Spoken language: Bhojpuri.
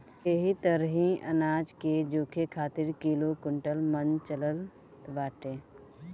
एही तरही अनाज के जोखे खातिर किलो, कुंटल, मन चलत बाटे